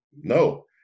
no